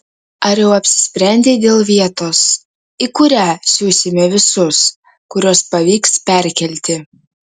ar jau apsisprendei dėl vietos į kurią siusime visus kuriuos pavyks perkelti